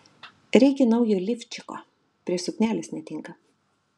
reikia naujo lifčiko prie suknelės netinka